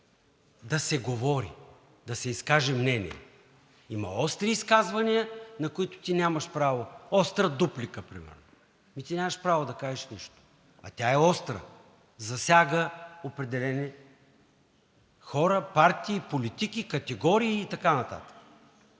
да се говори, да се изкаже мнение на остри изказвания, на които ти нямаш, на остра дуплика примерно ти нямаш право да кажеш нищо! Ама тя е остра – засяга определени хора, партии, политики, категории и така нататък,